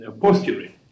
posturing